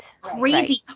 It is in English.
crazy